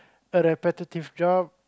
a repetitive job